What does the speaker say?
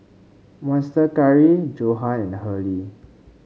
Monster Curry Johan and Hurley